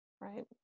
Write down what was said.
Right